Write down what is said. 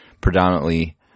predominantly